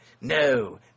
No